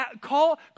call